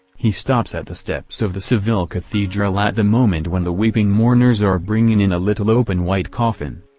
he stops at the steps of the seville cathedral at the moment when the weeping mourners are bringing in a little open white coffin.